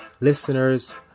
listeners